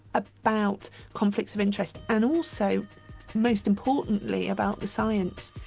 about conflicts of interest, and also most importantly, about the science.